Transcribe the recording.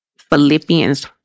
Philippians